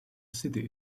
city